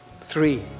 three